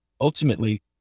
ultimately